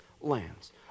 lands